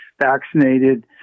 Vaccinated